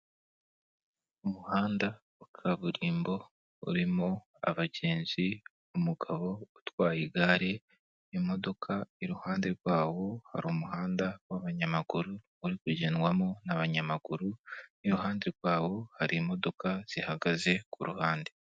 Umuhanda wa kaburimbo urimo abagenzi umugabo utwaye igare imodoka iruhande rwawo hari umuhanda w'abanyamaguru uri kugendwamo n'abanyamaguru iruhande rwawo hari imodoka zihagaze ku ruhande.